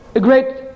great